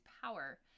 power